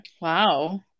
Wow